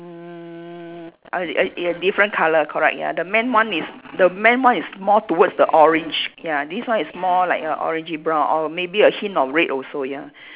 uh uh uh ya different colour correct ya the man one is the man one is more towards the orange ya this one is more like a orangey brown or maybe a hint of red also ya